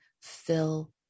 fill